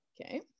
Okay